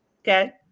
Okay